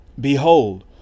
Behold